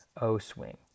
O-swing